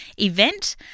event